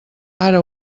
ara